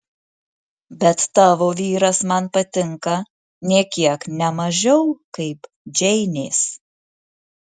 bet tavo vyras man patinka nė kiek ne mažiau kaip džeinės